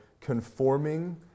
conforming